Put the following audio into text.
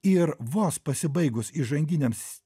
ir vos pasibaigus įžanginėms